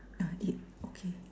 ah eight okay